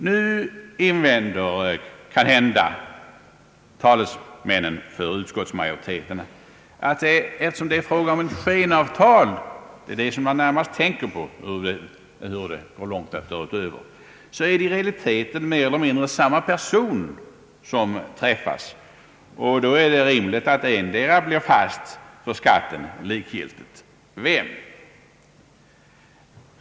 Nu invänder kanhända talesmännen för utskottsmajoriteten att eftersom det är fråga om ett skenavtal — det är ju det man närmast tänker på — är det i realiteten mer eller mindre samma personer som träffas och då är det rimligt att endera blir fast för skatten, likgiltigt vem.